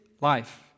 life